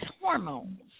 hormones